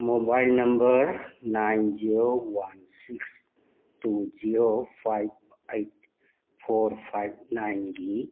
mobile number nine zero one six two zero five eight four five ꯅꯥꯏꯟꯒꯤ